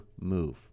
move